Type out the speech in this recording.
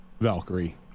Valkyrie